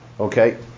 Okay